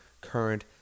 current